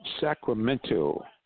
Sacramento